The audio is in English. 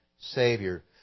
Savior